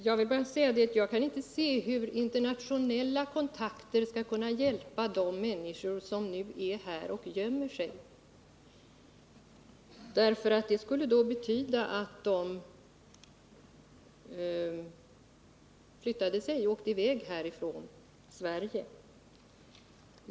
Herr talman! Jag kan inte se hur internationella kontakter skall kunna hjälpa de människor som nu gömmer sig här. Det skulle betyda att de flyttade och åkte i väg från Sverige.